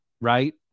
right